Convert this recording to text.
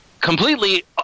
completely